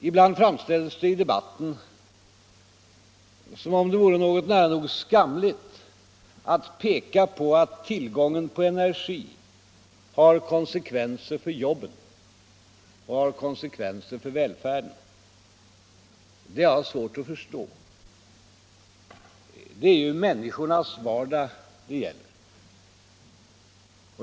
Ibland framställs det i debatten som om det vore något nära nog skamligt att peka på att tillgången på energi har konsekvenser för jobben och för välfärden. Det har jag svårt att förstå. Det är ju människornas vardag det gäller.